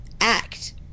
Act